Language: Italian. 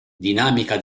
dinamica